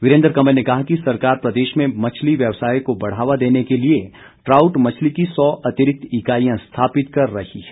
वीरेन्द्र कंवर ने कहा कि सरकार प्रदेश में मछली व्यवसाय को बढ़ावा देने के लिए ट्राउट मछली की सौ अतिरिक्त इकाईयां स्थापित कर रही है